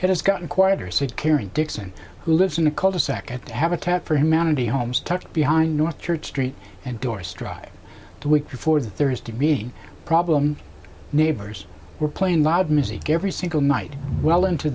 has gotten quieter said karen dixon who lives in the cul de sac at the habitat for humanity homes tucked behind north church street and door struck the week before the thursday being a problem neighbors were playing loud music every single night well into